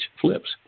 flips